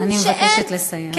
אני מבקשת לסיים.